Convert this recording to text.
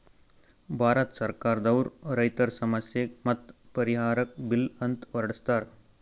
ಭಾರತ್ ಸರ್ಕಾರ್ ದವ್ರು ರೈತರ್ ಸಮಸ್ಯೆಗ್ ಮತ್ತ್ ಪರಿಹಾರಕ್ಕ್ ಬಿಲ್ ಅಂತ್ ಹೊರಡಸ್ತಾರ್